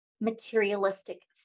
materialistic